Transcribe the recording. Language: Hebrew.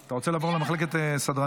אתה רוצה לעבור למחלקת סדרנים?